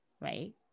right